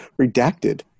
redacted